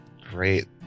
Great